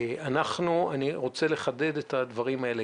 ואני רוצה לחדד את הדברים האלה.